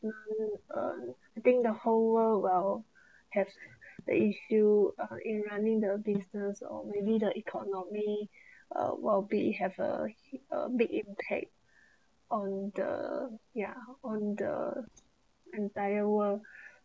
uh I think the whole world well have the issue uh in running the business or maybe the economy uh probably have uh uh big impact on the yeah on the entire world